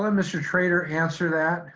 um um mr. trader answer that.